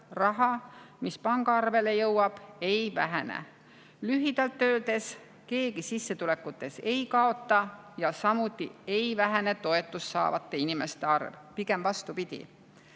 raha, mis pangaarvele jõuab, ei vähene. Lühidalt öeldes, keegi sissetulekutes ei kaota ja samuti ei vähene toetust saavate inimeste arv, pigem vastupidi.